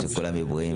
שכולם יהיו בריאים.